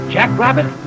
Jackrabbit